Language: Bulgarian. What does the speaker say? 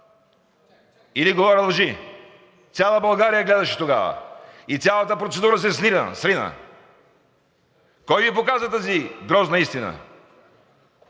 Или говоря лъжи? Цяла България гледаше тогава и цялата процедура се срина! Кой Ви показа тази грозна истина?